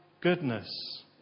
goodness